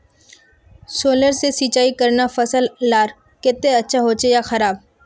Solar से सिंचाई करना फसल लार केते अच्छा होचे या खराब?